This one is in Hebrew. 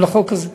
על החוק הזה.